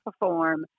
perform